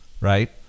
right